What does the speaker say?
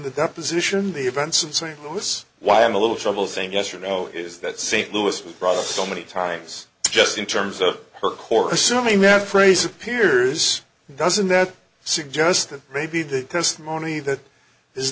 the deposition the events in st louis why i'm a little trouble saying yes or no is that saint louis was brought up so many times just in terms of her course assuming that phrase appears doesn't that suggest that maybe the testimony that is